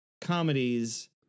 comedies